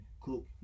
cook